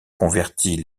convertit